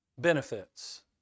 Benefits